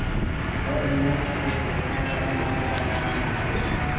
सोयाबीनेर तेल सेहतेर तने बहुत फायदामंद हछेक